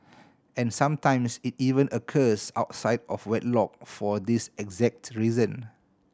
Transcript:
and sometimes it even occurs outside of wedlock for this exact reason